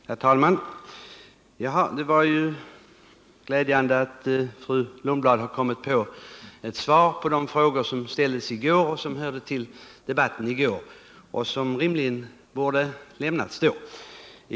Herr talman! Det var ju glädjande att fru Lundblad har kommit på ett svar på de frågor som ställdes i går. Dessa hörde till debatten som fördes då, och svaret borde rimligen också ha lämnats i går.